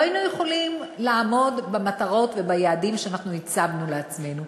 לא היינו יכולים לעמוד במטרות וביעדים שהצבנו לעצמנו.